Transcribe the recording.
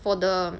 for the